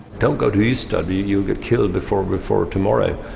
don't go to ystad, you'll get killed before before tomorrow.